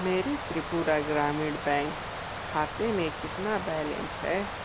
मेरे त्रिपुरा ग्रामीण बैंक खाते में कितना बैलेंस है